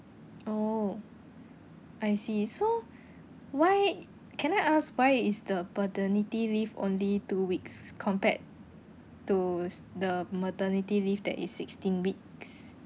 oh I see so why can I ask why is the paternity leave only two weeks compared to s~ the maternity leave that is sixteen weeks